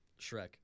Shrek